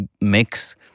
mix